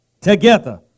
together